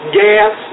gas